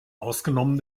außgenommen